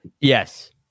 Yes